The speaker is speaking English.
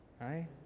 Right